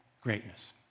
greatness